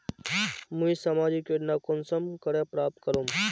मुई सामाजिक योजना कुंसम करे प्राप्त करूम?